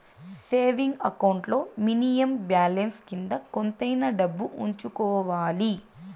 saving account లో minimum balance కింద కొంతైనా డబ్బు ఉంచుకోవాలి